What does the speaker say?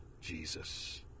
Jesus